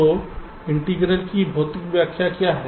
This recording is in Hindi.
तो इंटीग्रल की भौतिक व्याख्या क्या है